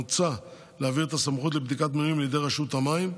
מוצע להעביר את הסמכות לבדיקת מינויים לידי רשות המים,